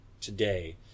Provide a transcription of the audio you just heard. today